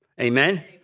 Amen